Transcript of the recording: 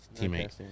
teammate